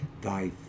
thy